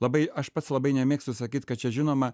labai aš pats labai nemėgstu sakyti kad čia žinoma